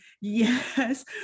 Yes